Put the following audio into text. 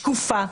שקופה,